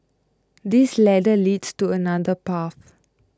this ladder leads to another path